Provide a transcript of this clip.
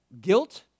guilt